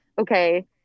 okay